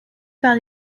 par